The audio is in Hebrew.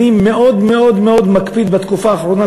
אני מאוד מאוד מאוד מקפיד בתקופה האחרונה,